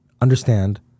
understand